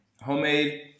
homemade